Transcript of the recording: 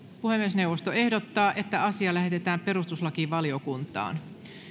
puhemiesneuvosto ehdottaa että asia lähetetään perustuslakivaliokuntaan